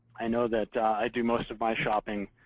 i know that i do most of my shopping